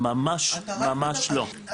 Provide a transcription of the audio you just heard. ממש, ממש לא.